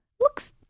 looks